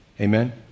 Amen